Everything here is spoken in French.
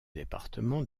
département